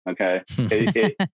okay